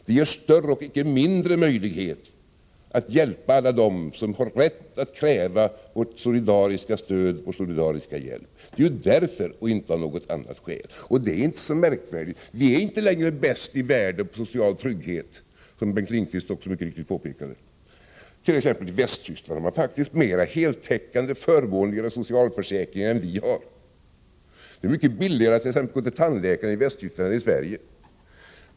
Den ger större, och icke mindre, möjlighet att hjälpa alla dem som har rätt att kräva vårt solidariska stöd och vår solidariska hjälp. Det är därför, och inte av något annat skäl. Och detta är inte så märkvärdigt. Vi är inte längre bäst i världen när det gäller social trygghet, som också Bengt Lindqvist mycket riktigt påpekade. I t.ex. Västtyskland har man faktiskt mer heltäckande och förmånligare socialförsäkringar än vi har. Det är mycket billigare att exempelvis gå till tandläkaren i Västtyskland än det är i Sverige.